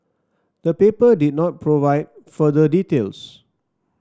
the paper did not provide further details